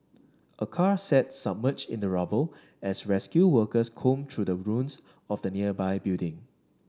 a car sat submerged in the rubble as rescue workers combed through the ruins of the nearby building